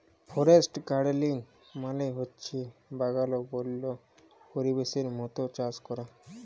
forest গাড়েলিং মালে হছে বাগাল বল্য পরিবেশের মত চাষ ক্যরা